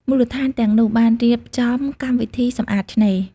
មូលដ្ឋានទាំងនោះបានរៀបចំកម្មវិធីសម្អាតឆ្នេរ។